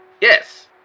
Yes